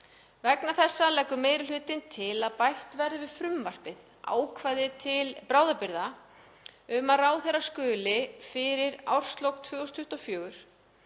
Vegna þessa leggur meiri hlutinn til að bætt verði við frumvarpið ákvæði til bráðabirgða um að ráðherra skuli fyrir árslok 2024